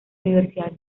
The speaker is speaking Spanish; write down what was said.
universidad